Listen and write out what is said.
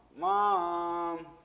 Mom